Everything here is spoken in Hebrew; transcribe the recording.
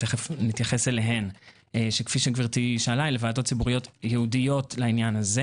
שהן ועדות ציבוריות ייעודיות לעניין הזה